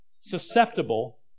susceptible